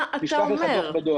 מה אתה אומר?